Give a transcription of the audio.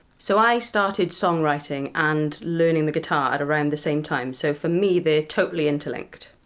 so i started songwriting and learning the guitar at around the same time, so for me they're totally interlinked.